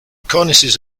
cornices